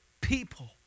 people